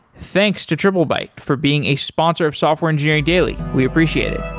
thanks to triplebyte for being a sponsor of software engineering daily. we appreciate it